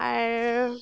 ᱟᱨ